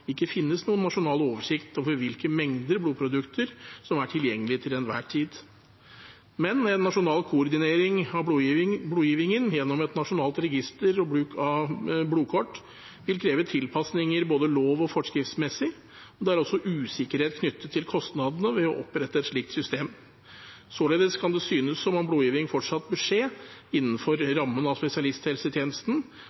ikke finnes noen nasjonal oversikt over hvilke mengder blodprodukter som er tilgjengelig til enhver tid. Men nasjonal koordinering av blodgivingen gjennom et nasjonalt register og bruk av blodkort vil kreve tilpasninger både lov- og forskriftsmessig, og det er også usikkerhet knyttet til kostnadene ved å opprette et slikt system. Således kan det synes som om blodgiving fortsatt bør skje innenfor